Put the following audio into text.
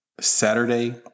Saturday